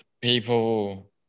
people